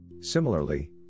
Similarly